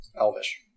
Elvish